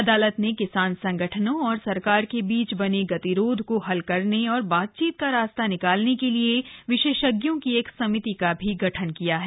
अदालत ने किसान संगठनों और सरकार के बीच बने गतिरोध को हल करने तथा बातचीत का रास्ता निकालने के लिए विशेषज्ञों की एक समिति का भी किया है